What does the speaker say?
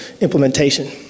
implementation